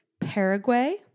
Paraguay